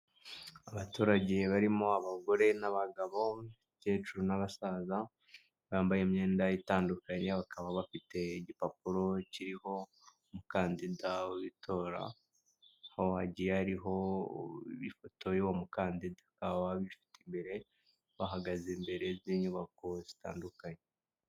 Abaturage barimo abagore n'abagabo, abakecuru n'abasaza bambaye imyenda itandukanye, bakaba bafite igipapuro kiriho umukandida w'itora, aho hagiye hariho ifoto y'uwo mukandida bafite imbere, bahagaze imbere z'inyubako zitandukanye.